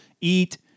eat